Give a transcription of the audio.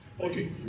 Okay